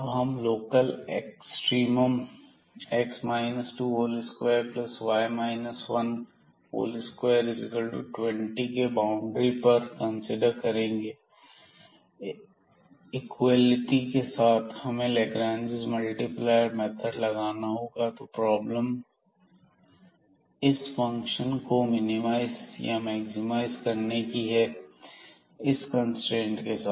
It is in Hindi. अब हम लोकल एक्स ट्रीमम 2220 के बाउंड्री पर कंसीडर करेंगे इक्वलिटी के साथ हमें लाग्रांज मल्टीप्लायर मेथड लगाना होगा तो प्रॉब्लम इस फंक्शन को मिनिमाइज या मैक्सिमा इज करने की है इस कंस्ट्रेंट के साथ